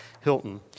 Hilton